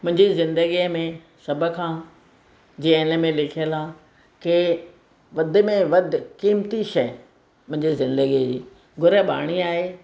मुंहिंजी ज़िंदगीअ में सभ खां जीअं हिन में लिखियलु आहे की वधि में वधि कीमती शइ मुंहिंजी ज़िंदगीअ जी गुरबाणी आहे